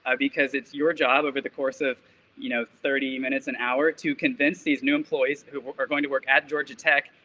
ah because it's your job over the course of you know thirty minutes an hour to convince these new employees who are going to work at georgia tech,